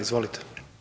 Izvolite.